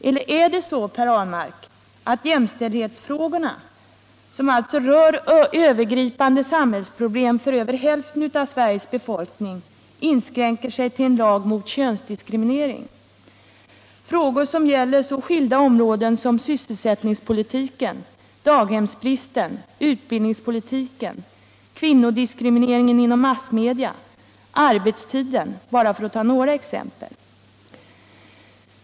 Eller är det så, Per Ahlmark, att jämställdhetsfrågorna som rör övergripande samhällsproblem för över hälften av Sveriges befolkning inskränker sig till en lag mot könsdiskriminering? Frågor som gäller så skilda områden som = sysselsättningspolitiken, daghemsbristen, utbildningspolitiken, kvinnodiskrimineringen inom massmedia och arbetssidan, för att bara ta några exempel.